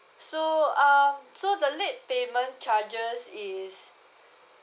so um so the late payment charges is